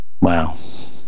Wow